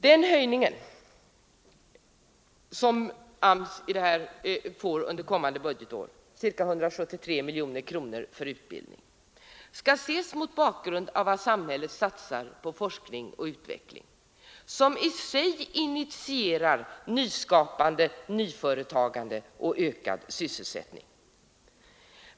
Den höjning som AMS får under kommande budgetår, ca 173 miljoner för utbildning, skall ses mot bakgrund av vad samhället satsar på forskning och utveckling, som i sig initierar nyskapande, nyföretagande och ökad sysselsättning.